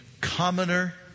commoner